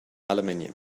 aluminium